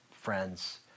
friends